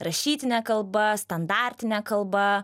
rašytinė kalba standartinė kalba